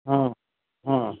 ହଁ ହଁ